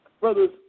Brothers